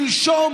שלשום,